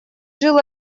жил